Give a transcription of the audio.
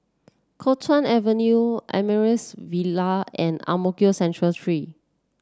Kuo Chuan Avenue Amaryllis Ville and Ang Mo Kio Central Three